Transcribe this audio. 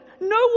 No